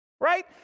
right